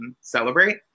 celebrate